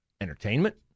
Entertainment